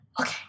Okay